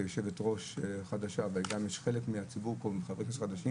כיושבת-ראש חדשה וגם חלק מהציבור פה הם חברי כנסת חדשים